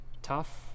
tough